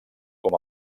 com